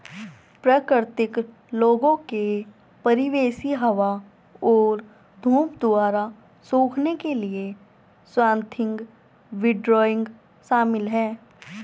प्राकृतिक लोगों के परिवेशी हवा और धूप द्वारा सूखने के लिए स्वाथिंग विंडरोइंग शामिल है